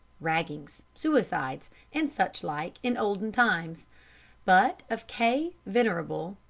raggings, suicides and such-like in olden times but of k, venerable,